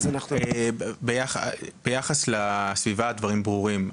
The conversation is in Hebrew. ביחס לסביבה הדברים ברורים.